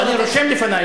אני רושם לפני,